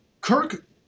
Kirk